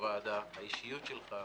האישיות שלך,